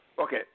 Okay